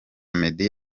meddy